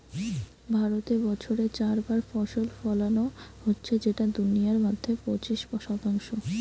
ভারতে বছরে চার বার ফসল ফোলানো হচ্ছে যেটা দুনিয়ার মধ্যে পঁচিশ শতাংশ